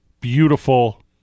beautiful